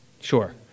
sure